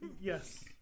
Yes